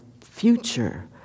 future